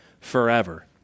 forever